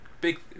big